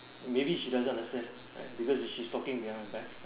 maybe she doesn't understand right because she she's talking behind my back